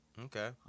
Okay